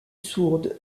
sourde